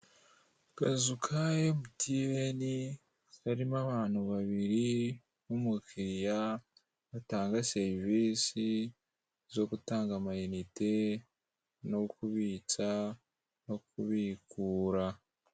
Akazu ka Emutiyeni, karimo abantu abiri n'umukiriya, batanga serivisi zo gutanga amayinite, no kubitsa, no kubikura.